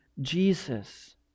Jesus